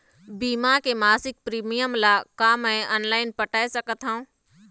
बीमा के मासिक प्रीमियम ला का मैं ऑनलाइन पटाए सकत हो?